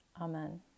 Amen